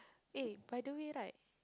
eh by the way right